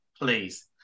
please